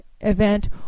event